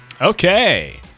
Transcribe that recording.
Okay